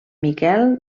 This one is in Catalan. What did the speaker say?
miquel